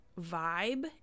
vibe